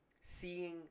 Seeing